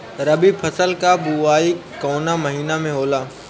रबी फसल क बुवाई कवना महीना में होला?